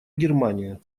германия